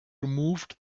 removed